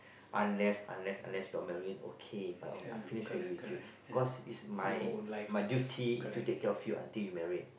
unless unless unless you got married okay my own I finish already with you because it's my my duty is to take care of you until you get married